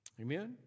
Amen